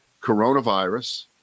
coronavirus